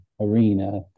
arena